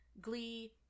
Glee